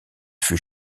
fut